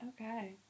okay